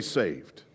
saved